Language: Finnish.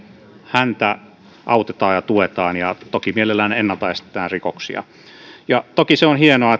häntä autetaan ja tuetaan ja toki mielellään ennalta estetään rikoksia ja toki se on hienoa